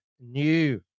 new